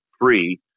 free